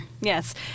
Yes